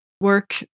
work